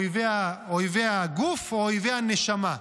אויבי הגוף או אויבי הנשמה.